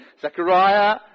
Zechariah